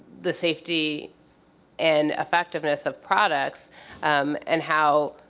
the safety and effectiveness of products um and how